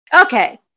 Okay